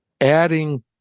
adding